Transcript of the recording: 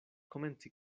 komenci